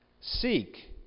seek